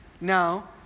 now